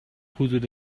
حدود